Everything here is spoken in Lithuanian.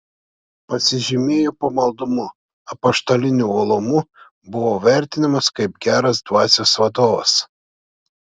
pasižymėjo pamaldumu apaštaliniu uolumu buvo vertinamas kaip geras dvasios vadovas